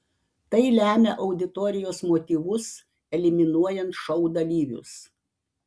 tai lemia auditorijos motyvus eliminuojant šou dalyvius